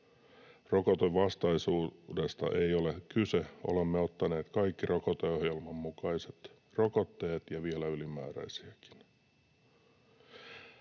Rokotevastaisuudesta ei ole kyse; olemme ottaneet kaikki rokoteohjelman mukaiset rokotteet ja vielä ylimääräisiäkin.”